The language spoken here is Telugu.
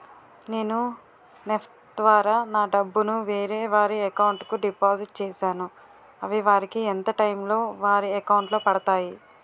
నేను నెఫ్ట్ ద్వారా నా డబ్బు ను వేరే వారి అకౌంట్ కు డిపాజిట్ చేశాను అవి వారికి ఎంత టైం లొ వారి అకౌంట్ లొ పడతాయి?